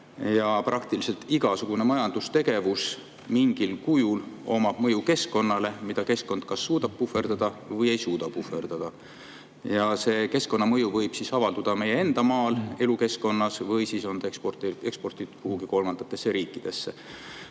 Praktiliselt igasugune majandustegevus mingil kujul omab mõju keskkonnale ja keskkond kas suudab puhverdada või ei suuda puhverdada. Ja see keskkonnamõju võib avalduda meie enda maal, meie elukeskkonnas või eksporditakse see kuhugi kolmandatesse riikidesse.